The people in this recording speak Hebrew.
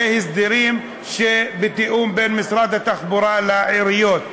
אלה הסדרים שבתיאום בין משרד התחבורה לעיריות,